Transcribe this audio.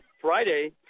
Friday